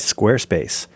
Squarespace